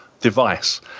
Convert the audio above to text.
device